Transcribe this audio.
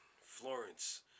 Florence